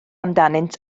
amdanynt